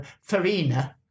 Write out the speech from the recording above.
farina